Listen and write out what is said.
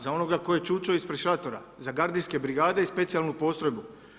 Za onoga tko je čučao ispred šatora, za gardijske brigade i specijalnu postrojbu.